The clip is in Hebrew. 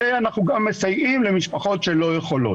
ואנחנו גם מסייעים למשפחות שלא יכולות.